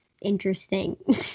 interesting